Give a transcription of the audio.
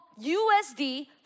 USD